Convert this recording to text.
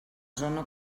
zona